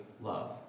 love